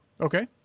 Okay